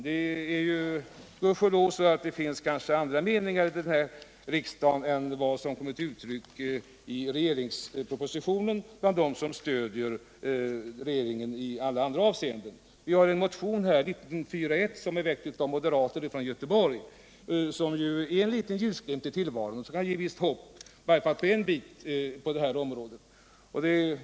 Det kanske, gudskelov, finns andra meningar här i riksdagen än de som har kommit till uttryck i regeringspropositionen bland dem som annars stöder regeringen. Motionen 1941 har väckts av moderater i Göteborg, och den är en liten ljusglimt i tillvaron eftersom den ger visst hopp i varje fall på en bit av detta område.